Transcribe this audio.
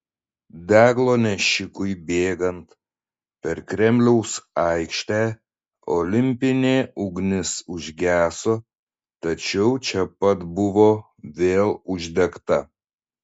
deglo nešikui bėgant per kremliaus aikštę olimpinė ugnis užgeso tačiau čia pat buvo vėl uždegta